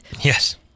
Yes